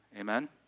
Amen